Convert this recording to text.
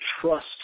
trust